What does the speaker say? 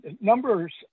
numbers